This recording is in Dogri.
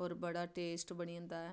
होर बड़ा टेस्ट बनी जंदा ऐ